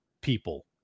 people